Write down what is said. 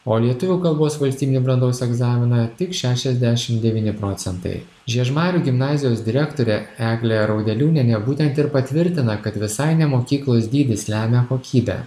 o lietuvių kalbos valstybinį brandos egzaminą tik šešiasdešimt devyni procentai žiežmarių gimnazijos direktorė eglė raudeliūnienė būtent ir patvirtina kad visai ne mokyklos dydis lemia kokybę